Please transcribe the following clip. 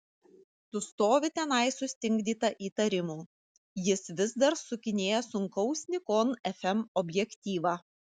tu stovi tenai sustingdyta įtarimų jis vis dar sukinėja sunkaus nikon fm objektyvą